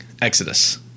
Exodus